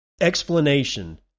explanation